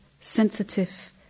sensitive